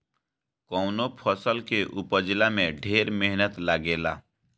कवनो फसल के उपजला में ढेर मेहनत लागेला